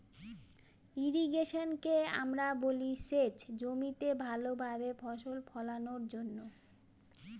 ইর্রিগেশনকে আমরা বলি সেচ জমিতে ভালো ভাবে ফসল ফোলানোর জন্য